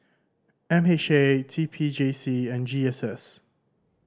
M H A T P J C and G S S